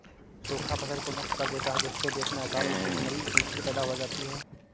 सूखा फसल को नष्ट कर देता है जिससे देश में अकाल व भूखमरी की स्थिति पैदा हो जाती है